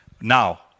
now